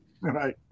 Right